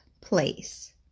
place